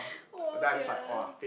oh dear